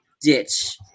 ditch